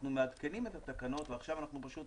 אנחנו מעדכנים את התקנות ועכשיו אנחנו פשוט